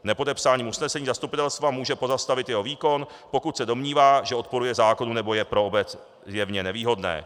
Nepodepsáním usnesení zastupitelstva může pozastavit jeho výkon, pokud se domnívá, že odporuje zákonu nebo je pro obec zjevně nevýhodné.